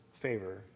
favor